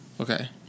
Okay